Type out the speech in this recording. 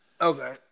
Okay